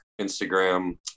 Instagram